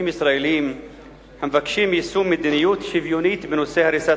ישראליים המבקשים יישום מדיניות שוויונית בנושא הריסת